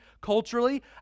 culturally